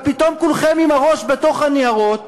אבל פתאום כולכם עם הראש בתוך הניירות,